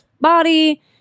body